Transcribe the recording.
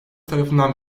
tarafından